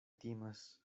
timas